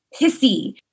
pissy